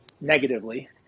negatively